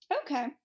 Okay